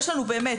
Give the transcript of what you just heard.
יש לנו באמת,